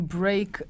break